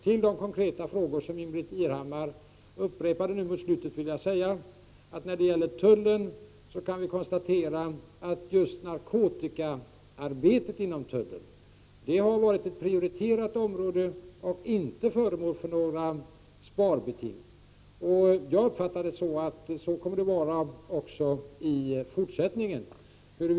Till de konkreta frågor som Ingbritt Irhammar upprepade vill jag säga, att det när det gäller tullen kan konstateras att just narkotikaarbetet inom tullen har varit ett prioriterat område, som inte har varit föremål för några sparbe ting. Jag uppfattar att det kommer att vara så också i fortsättningen. Huru = Prot.